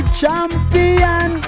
champion